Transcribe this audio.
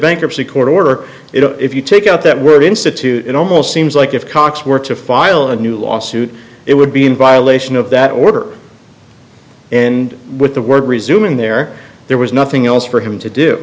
bankruptcy court order you know if you take out that word institute it almost seems like if cox were to file a new lawsuit it would be in violation of that order and with the word resume in there there was nothing else for him to do